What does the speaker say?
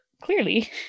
clearly